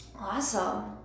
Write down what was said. Awesome